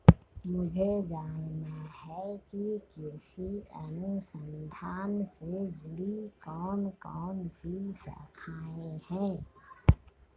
मुझे जानना है कि कृषि अनुसंधान से जुड़ी कौन कौन सी शाखाएं हैं?